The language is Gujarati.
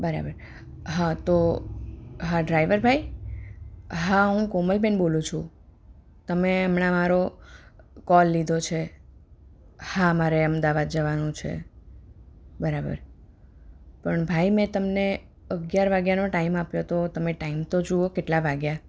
બરાબર હા તો હા ડ્રાઈવર ભાઈ હા હું કોમલબેન બોલું છુ તમે હમણાં મારો કોલ લીધો છે હા મારે અમદાવાદ જવાનું છે બરાબર પણ ભાઈ મેં તમને અગિયાર વાગ્યાનો ટાઈમ આપ્યો તો તમે ટાઈમ તો જુઓ કેટલા વાગ્યા